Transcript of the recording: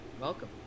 Welcome